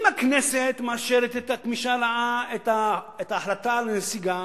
אם הכנסת מאשרת את ההחלטה על נסיגה,